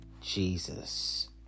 Jesus